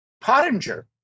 Pottinger